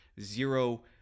zero